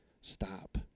stop